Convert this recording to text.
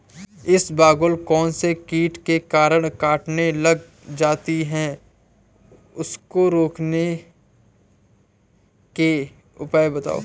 इसबगोल कौनसे कीट के कारण कटने लग जाती है उसको रोकने के उपाय बताओ?